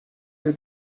you